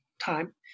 time